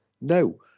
no